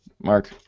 Mark